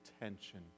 attention